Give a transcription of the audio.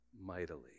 mightily